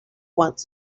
wants